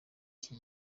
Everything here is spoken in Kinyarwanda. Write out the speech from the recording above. iki